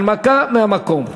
הנמקה מהמקום.